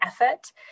effort